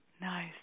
Nice